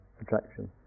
attraction